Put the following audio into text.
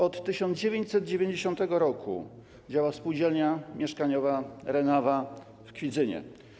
Od 1990 r. działa spółdzielnia mieszkaniowa Renawa w Kwidzynie.